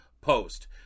post